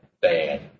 bad